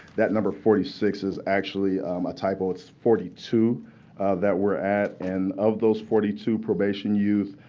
that number forty six is actually a typo. it's forty two that we're at. and of those forty two probation youth,